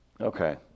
Okay